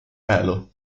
pelo